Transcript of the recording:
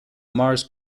mars